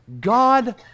God